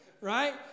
Right